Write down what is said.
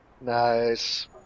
Nice